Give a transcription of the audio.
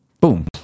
boom